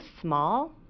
small